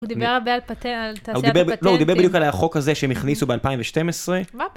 הוא דיבר הרבה על תעשייה בפטנטים. לא, הוא דיבר בדיוק על החוק הזה שהם הכניסו ב-2012. מה פ